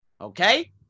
okay